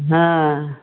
हँ